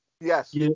Yes